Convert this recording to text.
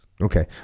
Okay